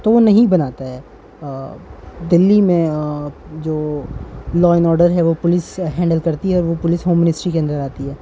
تو وہ نہیں بناتا ہے دہلی میں جو لا اینڈ آڈر ہے وہ پولیس ہینڈل کرتی ہے اور وہ پولیس ہوم منسٹری کے اندر آتی ہے